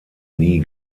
nie